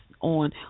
on